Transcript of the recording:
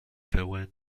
pełen